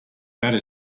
batter